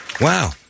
wow